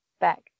back